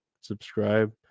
subscribe